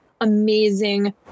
amazing